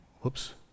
Whoops